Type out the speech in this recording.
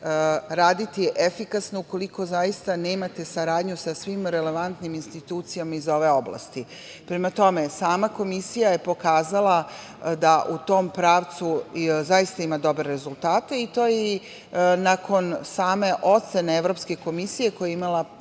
raditi efikasno ukoliko zaista nemate saradnju sa svim relevantnim institucijama iz ove oblasti. Prema tome, sama Komisija je pokazala da u tom pravcu zaista ima dobre rezultate. To se nakon same ocene Evropske komisije, koja je imala